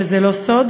וזה לא סוד,